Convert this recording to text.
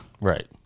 Right